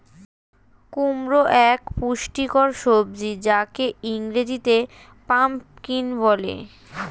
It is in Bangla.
কুমড়ো এক পুষ্টিকর সবজি যাকে ইংরেজিতে পাম্পকিন বলে